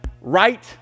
right